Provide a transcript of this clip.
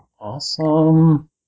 Awesome